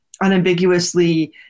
unambiguously